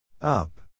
Up